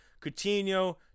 Coutinho